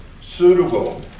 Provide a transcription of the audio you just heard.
suitable